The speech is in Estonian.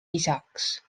isaks